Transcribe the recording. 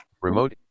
Remote